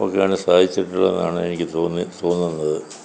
ഒക്കെയാണ് സാധിച്ചിട്ടുള്ളത് എന്നാണ് എനിക്ക് തോന്നി തോന്നുന്നത്